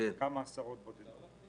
עם כמה עשרות בודדות.